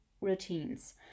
routines